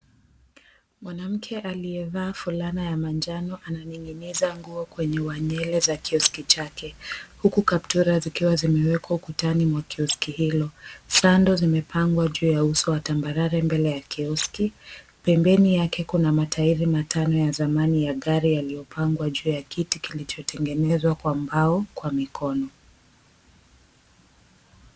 Mwanamke aliyevaa fulana ya manjano ananing'iniza nguo kwenye wanyele za kioski chake. Huku kaptura zikiwa zimewekwa ukutani mwa kioski hilo, sandal zimepangwa juu ya uso wa tambarare mbele ya kioski. Pembeni yake kuna matairi matano ya zamani ya gari yaliyopangwa juu ya kiti kilichotengezwa kwa mbao kwa mikono.